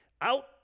out